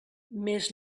més